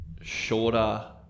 shorter